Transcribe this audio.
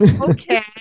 Okay